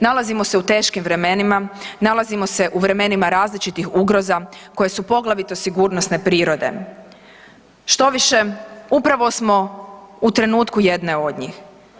Nalazimo se u teškim vremenima, nalazimo se u vremenima različitih ugroza koje su poglavito sigurnosne prirode, štoviše upravo smo u trenutku jedne od njih.